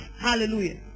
hallelujah